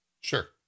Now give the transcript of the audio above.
Sure